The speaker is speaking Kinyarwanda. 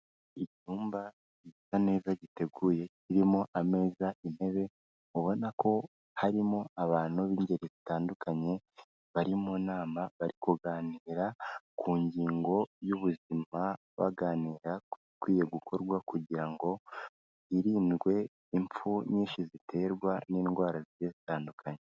Icyumba gisa neza, giteguye, kirimo ameza, intebe, ubona ko harimo abantu b'ingeri zitandukanye bari mu nama, bari kuganira ku ngingo y'ubuzima, baganira ku bikwiye gukorwa kugira ngo hirindwe impfu nyinshi ziterwa n'indwara zigiye zitandukanye.